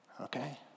Okay